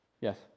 Yes